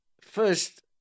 first